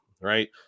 right